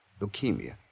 Leukemia